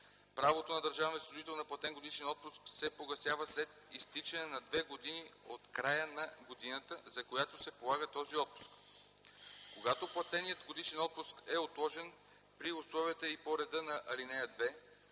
Правото на държавния служител на платен годишен отпуск се погасява след изтичане на две години от края на годината, за която се полага този отпуск. Когато платеният годишен отпуск е отложен при условията и по реда на ал. 2,